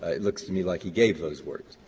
it looks to me like he gave those words.